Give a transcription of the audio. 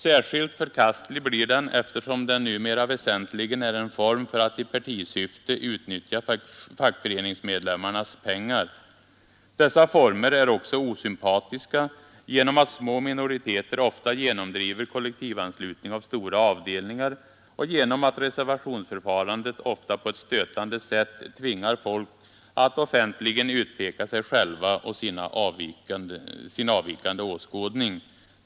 Särskilt förkastlig blir den eftersom den numera väsentligen är en form för att i partisyfte utnyttja fackföreningsmedlemmarnas pengar. Dess former är också osympatiska genom att små minoriteter ofta genomdriver kollektivanslutning av stora avdelningar, och genom att reservationsförfarandet ofta på ett stötande sätt tvingar folk att offentligen utpeka sig själva och sin avvikande åskådning.